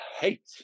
hate